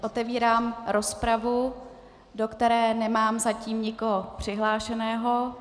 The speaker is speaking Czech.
Otevírám rozpravu, do které nemám zatím nikoho přihlášeného.